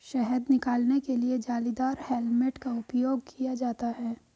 शहद निकालने के लिए जालीदार हेलमेट का उपयोग किया जाता है